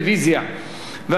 הסכום הנוסף,